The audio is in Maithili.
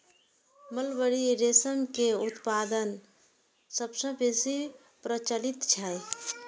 मलबरी रेशम के उत्पादन सबसं बेसी प्रचलित छै